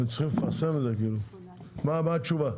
מה התשובה?